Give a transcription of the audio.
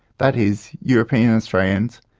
that is european australians,